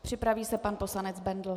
Připraví se pan poslanec Bendl.